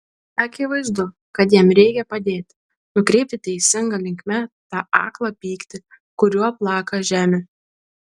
akivaizdu kad jam reikia padėti nukreipti teisinga linkme tą aklą pyktį kuriuo plaka žemę